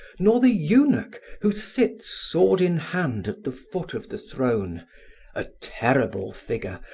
nor the eunuch who sits, sword in hand, at the foot of the throne a terrible figure,